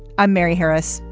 i'm mary harris.